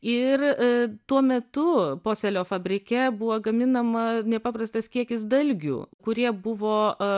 ir tuo metu posėlio fabrike buvo gaminama nepaprastas kiekis dalgių kurie buvo